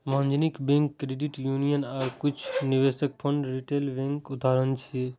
वाणिज्यिक bank, credit union आ किछु निवेश फंड रिटेल बैंकक उदाहरण छियै